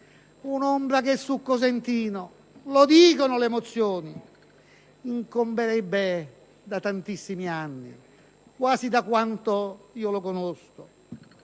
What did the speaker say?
camorra, che su Cosentino - lo dicono le mozioni - incomberebbe da tantissimi anni, quasi da quando lo conosco,